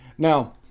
Now